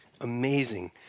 Amazing